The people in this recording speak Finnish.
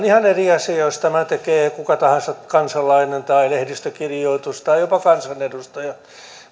ihan eri asia jos tämän tekee kuka tahansa kansalainen tai lehdistökirjoitus tai jopa kansanedustaja